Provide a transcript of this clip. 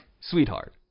Sweetheart